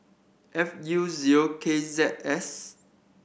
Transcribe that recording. F U zero K Z S